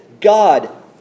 God